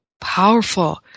powerful